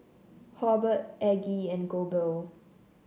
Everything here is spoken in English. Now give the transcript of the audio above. Hobert Aggie and Goebel